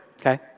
okay